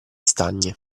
stagni